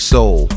Soul